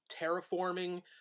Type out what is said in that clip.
terraforming